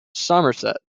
somerset